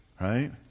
right